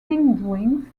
hindwings